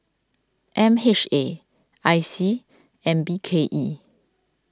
M H A I C and B K E